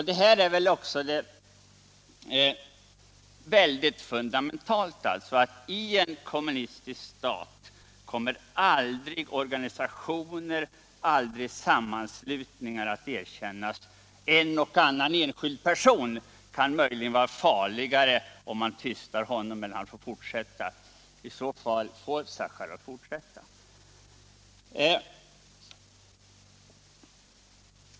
Detta är mycket fundamentalt, att man i en kommunistisk stat aldrig kommer att erkänna organisationer och sammanslutningar. En och annan enskild person kan möjligen vara till extra besvär internationellt om man tystar honom, och därför får Sacharov fortsätta.